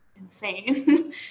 insane